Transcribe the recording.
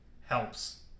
helps